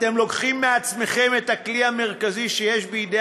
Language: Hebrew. אתם לוקחים מעצמכם את הכלי המרכזי שיש בידי